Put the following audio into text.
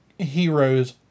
heroes